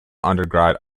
underground